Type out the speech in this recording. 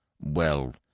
Well